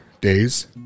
days